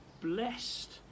Blessed